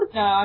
no